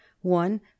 one